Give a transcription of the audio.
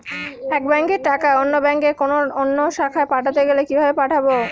এক ব্যাংকের টাকা অন্য ব্যাংকের কোন অন্য শাখায় পাঠাতে গেলে কিভাবে পাঠাবো?